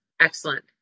Excellent